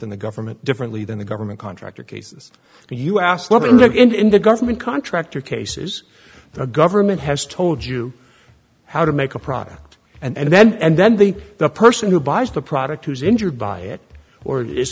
than the government differently than the government contractor cases and you ask the government contractor cases the government has told you how to make a product and then and then the the person who buys the product who's injured by it or if